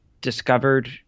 discovered